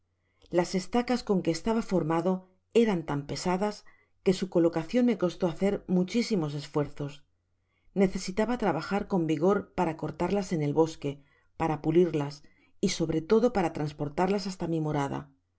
las estacas con que estaba formado eran tan pesadas que su colocacion me costó hacer muchisimos esfuerzos necesitaba trabajar con vigor para cortarlas en el bosque para pulirlas y sobre todo para transportarlas hasta mi morada